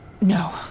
No